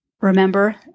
Remember